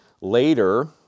later